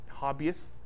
hobbyists